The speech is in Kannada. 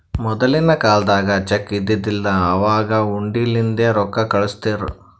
ಮೊದಲಿನ ಕಾಲ್ದಾಗ ಚೆಕ್ ಇದ್ದಿದಿಲ್ಲ, ಅವಾಗ್ ಹುಂಡಿಲಿಂದೇ ರೊಕ್ಕಾ ಕಳುಸ್ತಿರು